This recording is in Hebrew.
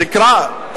תקרא,